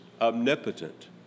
omnipotent